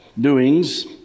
doings